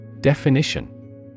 Definition